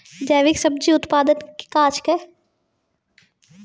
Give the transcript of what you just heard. जैविक सब्जी उत्पादन क्या हैं?